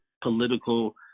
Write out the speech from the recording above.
political